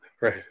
Right